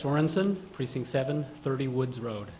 sorenson precinct seven thirty woods road